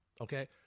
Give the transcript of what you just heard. okay